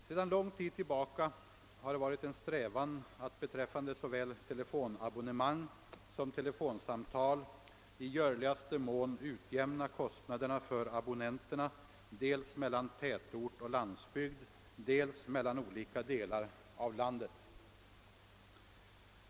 Sedan lång tid tillbaka har det varit en strävan att beträffande såväl telefonabonnemang som telefonsamtal i görligaste mån utjämna kostnaderna för abonnenterna dels mellan tätort och landsbygd, dels mellan olika delar av landet.